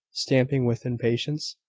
stamping with impatience.